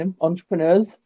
entrepreneurs